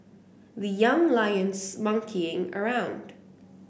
the Young Lions monkeying around